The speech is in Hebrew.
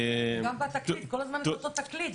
גם בתקליט כל הזמן יש אותו תקליט,